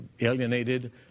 alienated